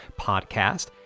podcast